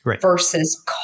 Versus